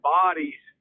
bodies